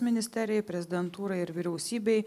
ministerijai prezidentūrai ir vyriausybei